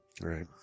Right